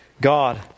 God